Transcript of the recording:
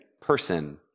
person